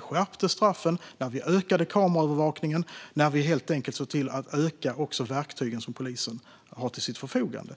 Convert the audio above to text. skärpte straffen, ökade kameraövervakningen och helt enkelt såg till att öka de verktyg som polisen har till sitt förfogande.